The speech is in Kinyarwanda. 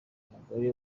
umugore